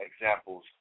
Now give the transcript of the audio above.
examples